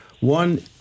One